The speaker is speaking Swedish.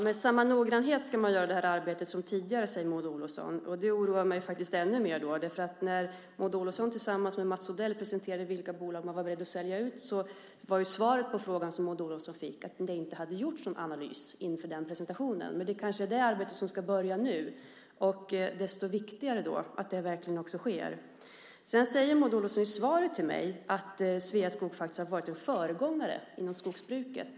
Herr talman! Arbetet ska göras med samma noggrannhet som tidigare, säger Maud Olofsson. Det oroar mig ännu mer. När Maud Olofsson tillsammans med Mats Odell presenterade vilka bolag regeringen är beredd att sälja ut var svaret på frågan som Maud Olofsson fick att det inte hade gjorts någon analys inför den presentationen. Men det arbetet ska kanske börja nu, och det är viktigt att det arbetet också sker. Sedan säger Maud Olofsson i svaret till mig att Sveaskog har varit en föregångare inom skogsbruket.